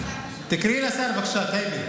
תקראי לשר, בבקשה, טייבי.